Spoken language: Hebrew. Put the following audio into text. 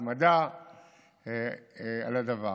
ההתמדה בדבר.